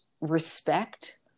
respect